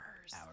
hours